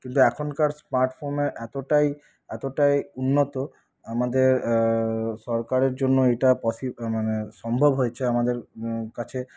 কিন্তু এখনকার স্মার্ট ফোনে এতোটাই এতোটাই উন্নত আমাদের সরকারের জন্য এটা পসি মানে সম্ভব হয়েছে আমাদের কাছে